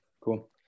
Cool